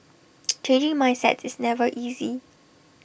changing mindsets is never easy